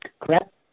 correct